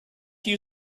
you